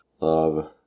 love